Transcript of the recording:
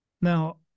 Now